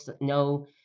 no